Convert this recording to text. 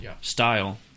style